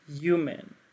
Human